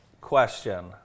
question